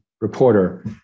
reporter